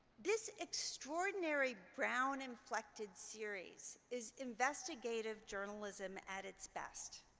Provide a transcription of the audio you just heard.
this extraordinary brown inflected series is investigative journalism at its best.